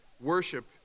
worship